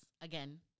Again